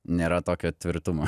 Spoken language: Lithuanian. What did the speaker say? nėra tokio tvirtumo